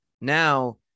now